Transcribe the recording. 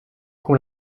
qu’on